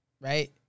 right